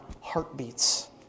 heartbeats